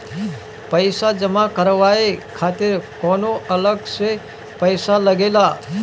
पईसा जमा करवाये खातिर कौनो अलग से पईसा लगेला?